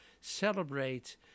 celebrate